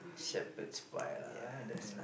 Shepherd's-Pie lah ah that's n~